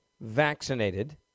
vaccinated